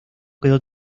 quedó